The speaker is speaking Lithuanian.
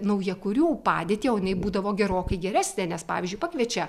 naujakurių padėtį o jinai būdavo gerokai geresnė nes pavyzdžiui pakviečia